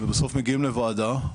ובסוף מגיעים לוועדה,